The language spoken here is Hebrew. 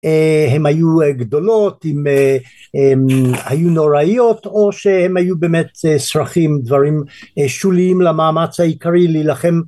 אאא אם היו גדולות עם אא היו נוראיות או שהם היו באמת שרכים דברים שוליים למאמץ העיקרי להילחם